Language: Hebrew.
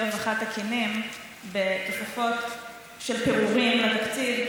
רווחה תקינים בתוספות של פירורים לתקציב,